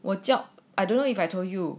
我叫 I don't know if I told you